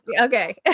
Okay